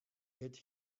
get